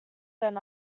than